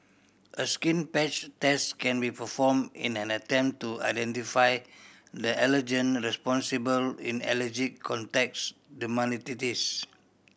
a skin patch test can be performed in an attempt to identify the allergen responsible in allergic contacts dermatitis